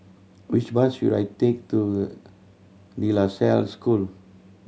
which bus should I take to De La Salle School